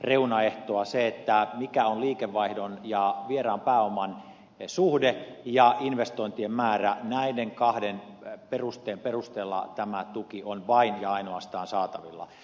näiden kahden reunaehdon liikevaihdon ja vieraan pääoman suhde ja investointien määrä perusteella tämä tuki on vain ja ainoastaan saatavilla